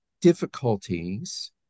difficulties